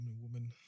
woman